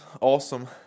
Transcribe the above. awesome